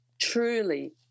truly